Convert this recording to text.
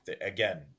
again